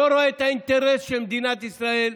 לא רואה את האינטרס של מדינת ישראל?